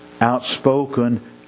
outspoken